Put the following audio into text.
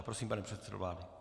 Prosím, pane předsedo vlády.